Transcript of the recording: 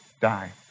die